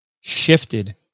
shifted